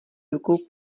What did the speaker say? rukou